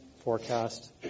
forecast